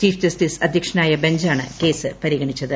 chief justice അധ്യക്ഷനായ ബഞ്ചാണ് case പരിഗണിച്ചത്